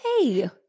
hey